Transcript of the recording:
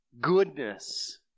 Goodness